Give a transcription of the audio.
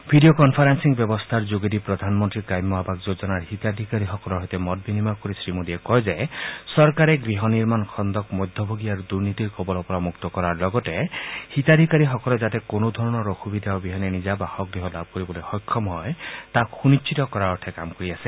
video conferencing ব্যৱস্থাৰ যোগেদি প্ৰধানমন্ত্ৰী গ্ৰাম্য আবাস যোজনাৰ হিতাধিকাৰীসকলৰ সৈতে মত বিনিময় কৰি শ্ৰী মোদীয়ে কয় যে চৰকাৰে গৃহ নিৰ্মাণ খণ্ডক মধ্যভোগী আৰু দুৰ্নীতিৰ কবলৰ পৰা মুক্ত কৰাৰ লগতে হিতাধিকাৰীসকলে যাতে কোনো ধৰণৰ অসুবিধা অবিহনে নিজা বাসগৃহ লাভ কৰিবলৈ সক্ষম হয় তাক সুনিশ্চিত কৰাৰ অৰ্থে কাম কৰি আছে